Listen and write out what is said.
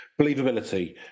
believability